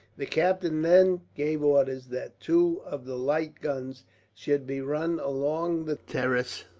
the captain then gave orders that two of the light guns should be run along the terrace,